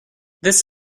this